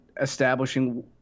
establishing